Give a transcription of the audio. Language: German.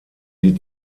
die